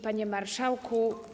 Panie Marszałku!